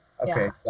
okay